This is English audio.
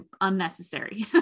unnecessary